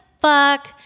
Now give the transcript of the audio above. fuck